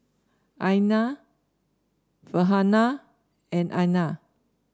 Aina Farhanah and Aina